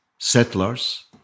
Settlers